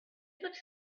looked